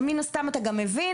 מן הסתם אתה גם מבין